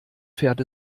fährt